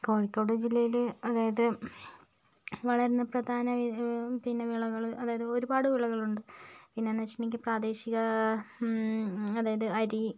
കോഴിക്കോട് ജില്ലയില് അതായത് വളർന്ന പ്രധാന വി പിന്നെ വിളകള് അതായത് ഒരുപാട് വിളകളുണ്ട് പിന്നെന്നുവെച്ചിട്ടുണ്ടെങ്കില് പ്രാദേശിക അതായത് അരി